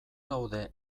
gaude